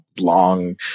long